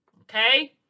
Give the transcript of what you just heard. okay